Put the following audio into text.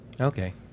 Okay